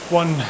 one